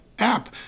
app